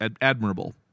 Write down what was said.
admirable